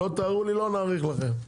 לא תראו לי לא נאריך לכם.